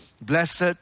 Blessed